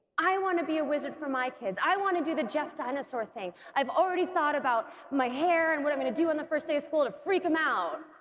i want to be a wizard for my kids, i want to do the jeff dinosaur thing, i've already thought about my hair and what i'm gonna do on the first day of school to freak em out.